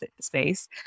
space